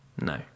No